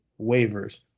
waivers